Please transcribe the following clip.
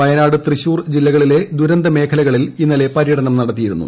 വയനാട് തൃശൂർ ജില്ലകളിലെ ദുരന്ത മേഖലകളിൽ ഇന്നലെ പരൃടനം നടത്തിയിരുന്നു